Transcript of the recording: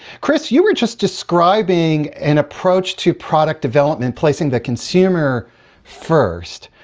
chris, you were just describing an approach to product development, placing the consumer first,